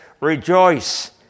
rejoice